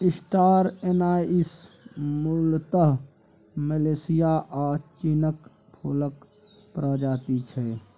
star anise मुलतः Malaysia आ चीनक फुलक प्रजाति छै